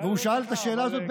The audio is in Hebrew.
הוא שאל את השאלה הזאת,